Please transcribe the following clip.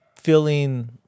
Feeling